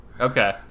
Okay